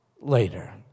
later